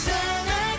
Santa